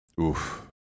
Oof